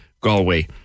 Galway